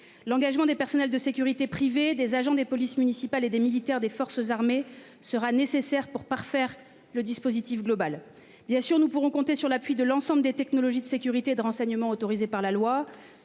L'engagement des personnels de sécurité privée des agents des polices municipales et des militaires des forces armées sera nécessaire pour parfaire le dispositif global. Bien sûr, nous pourrons compter sur l'appui de l'ensemble des technologies de sécurité de renseignement autorisé par la loi